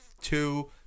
two